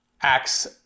acts